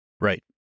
right